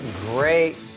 Great